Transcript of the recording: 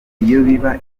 biba